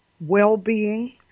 well-being